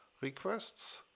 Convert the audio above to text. requests